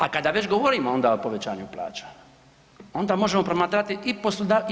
A kada već govorimo onda o povećanju plaća, onda možemo promatrati i poslodavce.